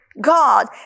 God